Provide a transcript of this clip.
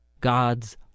God's